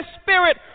spirit